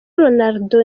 ronaldo